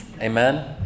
Amen